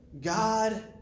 God